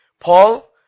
Paul